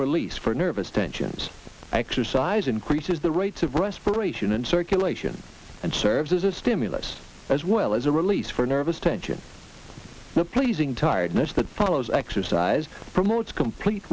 release for nervous tensions exercise increases the rates of respiration and circulation and serves as a stimulus as well as a release for nervous tension the pleasing tiredness that follows exercise promotes complete